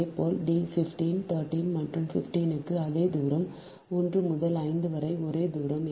அதேபோல் டி 15 13 மற்றும் 15 க்கு அதே தூரம் 1 முதல் 5 வரை ஒரே தூரம்